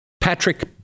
Patrick